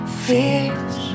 fears